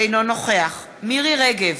אינו נוכח מירי רגב,